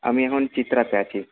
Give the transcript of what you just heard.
আমি এখন চিত্রাতে আছি